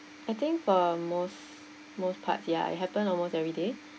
I think for most most parts ya it happen almost everyday